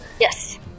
Yes